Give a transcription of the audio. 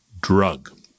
drug